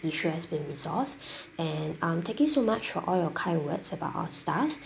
issue has been resolved and um thank you so much for all your kind words about our staff